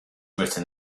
written